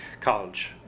college